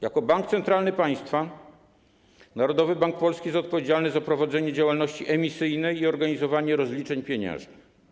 Jako bank centralny państwa Narodowy Bank Polski jest odpowiedzialny za prowadzenie działalności emisyjnej i organizowanie rozliczeń pieniężnych.